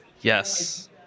Yes